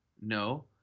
No